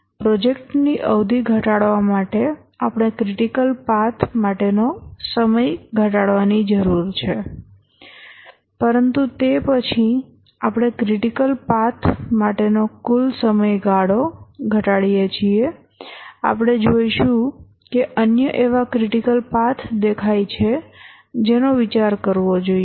પ્રોજેક્ટની અવધિ ઘટાડવા માટે આપણે ક્રિટિકલ પાથ માટેનો સમય ઘટાડવાની જરૂર છે પરંતુ તે પછી આપણે ક્રિટિકલ પાથ માટેનો કુલ સમયગાળો ઘટાડીએ છીએ આપણે જોશું કે અન્ય એવા ક્રિટિકલ પાથ દેખાય છે જેનો વિચાર કરવો જોઇએ